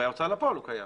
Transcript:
בהוצאה לפועל הוא קיים.